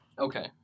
Okay